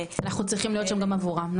אנחנו צריכים להיות שם גם עבורם.